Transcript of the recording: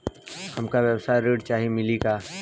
हमका व्यवसाय ऋण चाही मिली का?